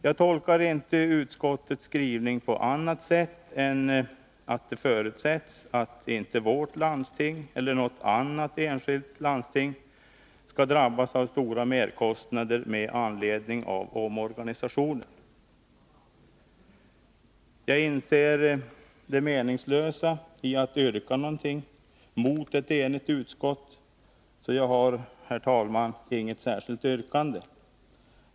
Jag tolkar inte utskottets skrivning på annat ME än att det förutsätts att vårt landsting eller något annat enskilt landsting inte skall drabbas av stora merkostnader med anledning av omorganisationen. Jag inser det meningslösa i att yrka någonting mot ett enigt utskott, så jag har— herr talman — inget särskilt yrkande.